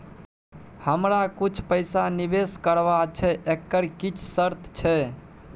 हमरा कुछ पैसा निवेश करबा छै एकर किछ शर्त छै?